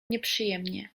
nieprzyjemnie